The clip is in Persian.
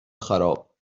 خراب